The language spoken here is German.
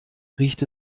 riecht